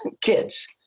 kids